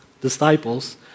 disciples